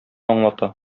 аңлата